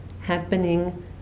happening